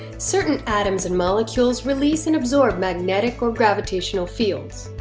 certain atoms and molecules release and absorb magnetic or gravitational fields.